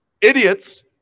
idiots